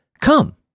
come